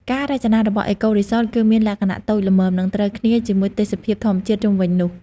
ការរចនារបស់អេកូរីសត គឺមានលក្ខណៈតូចល្មម និងត្រូវគ្នាជាមួយទេសភាពធម្មជាតិជុំវិញនោះ។